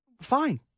Fine